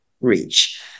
reach